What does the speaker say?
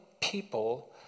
people